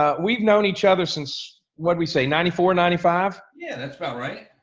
ah we've known each other since, what we say ninety four, ninety five? yeah, that's probably right.